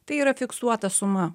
tai yra fiksuota suma